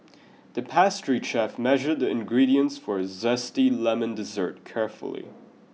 the pastry chef measured the ingredients for a zesty lemon dessert carefully